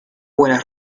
buenas